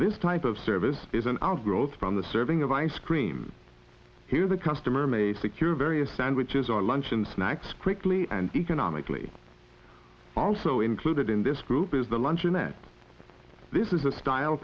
this type of service is an outgrowth from the serving of ice cream here the customer may secure various sandwiches or lunch and snacks quickly and economically also included in this group is the luncheon that this is a style